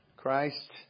Christ